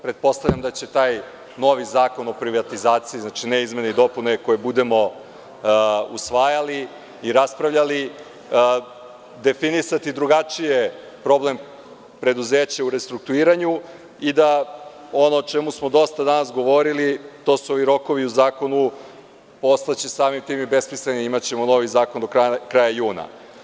Pretpostavljam da će taj novi zakon o privatizaciji, znači, ne izmene i dopune, koji budemo usvajali i raspravljali definisati drugačije problem preduzeća u restruktuiranju i da će ono o čemu smo dosta danas govorili, o rokovima u zakonu, postati samim tim besmisleni, jer ćemo imati novi zakon do kraja jula.